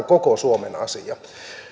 koko suomen asia